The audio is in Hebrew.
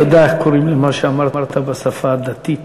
אתה יודע איך קוראים למה שאמרת בשפה הדתית?